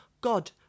god